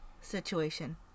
situation